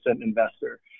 investor